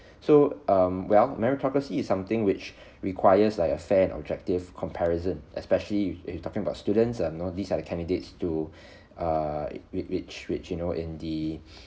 so um well meritocracy is something which requires like a fair and objective comparison especially if it's talking about students you know this are the candidates to err which which which you know in the